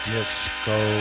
Disco